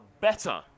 better